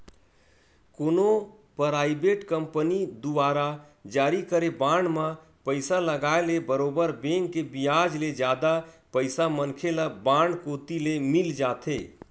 कोनो private company दुवारा जारी करे बांड म पइसा लगाय ले बरोबर बेंक के बियाज ले जादा पइसा मनखे ल बांड कोती ले मिल जाथे